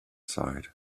sighed